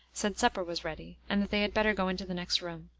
said supper was ready, and that they had better go into the next room.